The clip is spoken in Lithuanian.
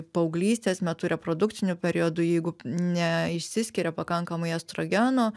paauglystės metu reprodukciniu periodu jeigu ne išsiskiria pakankamai estrogeno